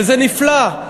וזה נפלא,